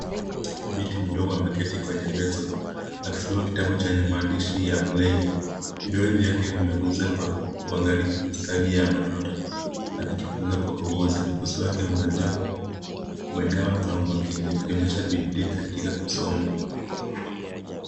Binti mdogo ameketi kwenye meza akisoma kitabu chenye maandishi ya braile. vidole vyake vimeguuza kwa uangalifu mistari ya Matuta akijifunza kwa kuguza. Uso wake umejaa usawa na umakini akionyesha bidhii katika kusoma